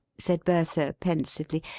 said bertha, pensively,